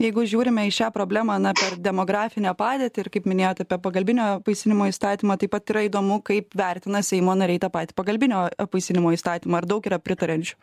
jeigu žiūrime į šią problemą na per demografinę padėtį ir kaip minėjot apie pagalbinio apvaisinimo įstatymą taip pat yra įdomu kaip vertina seimo nariai tą patį pagalbinio apvaisinimo įstatymą ar daug yra pritariančių